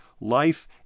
life